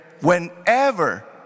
whenever